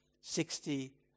sixty